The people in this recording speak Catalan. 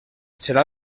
serà